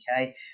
Okay